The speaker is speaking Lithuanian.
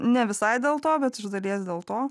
ne visai dėl to bet iš dalies dėl to